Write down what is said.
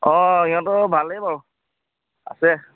অঁ সিহঁতৰ ভালেই বাৰু আছে